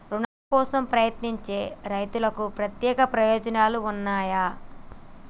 రుణాల కోసం ప్రయత్నించే రైతులకు ప్రత్యేక ప్రయోజనాలు ఉన్నయా?